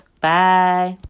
Bye